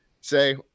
say